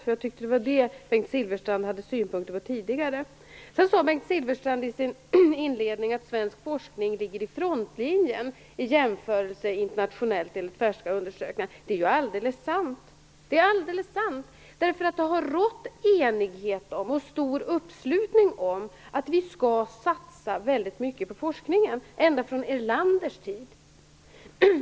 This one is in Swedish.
Jag tyckte att det var det Bengt Silfverstrand hade synpunkter på tidigare. Bengt Silfverstrand sade i sin inledning att svensk forskning enligt färska undersökningar ligger i frontlinjen internationellt sett. Det är alldeles sant. Det beror på att det har rått enighet om, och stor uppslutning kring, att vi skall satsa väldigt mycket på forskningen. Så har det varit ända sedan Erlanders tid.